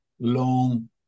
long